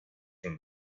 from